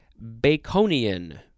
baconian